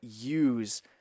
use